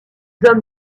hommes